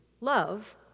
love